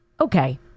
okay